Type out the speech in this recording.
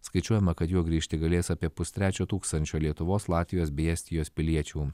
skaičiuojama kad juo grįžti galės apie pustrečio tūkstančio lietuvos latvijos bei estijos piliečių